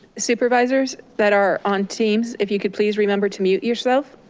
supervisors that are on teams if you could please remember to mute yourself,